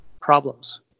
problems